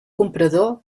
comprador